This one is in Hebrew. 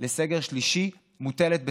לסגר שלישי מוטלת בספק.